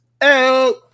out